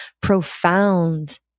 profound